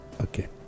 Okay